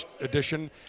edition